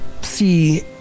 see